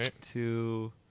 Two